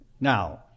Now